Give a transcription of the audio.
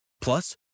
Plus